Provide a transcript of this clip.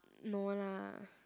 no lah